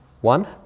one